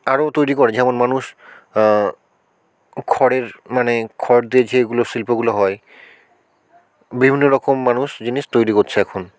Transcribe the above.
আরো তৈরি করে যেমন মানুষ খড়ের মানে খড় দিয়ে যেগুলো শিল্পগুলো হয় বিভিন্ন রকম মানুষ জিনিস তৈরি করছে এখন